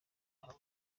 hamwe